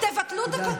תודה.